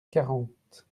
quarante